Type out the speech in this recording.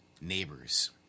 neighbors